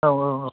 औ औ औ